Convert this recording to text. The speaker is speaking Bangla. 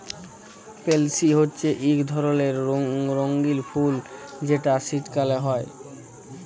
পেলসি হছে ইক ধরলের রঙ্গিল ফুল যেট শীতকাল হ্যয়